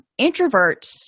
Introverts